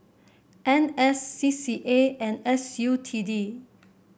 N S C C A and S U T D